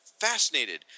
fascinated